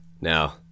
Now